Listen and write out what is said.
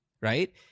right